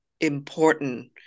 important